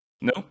No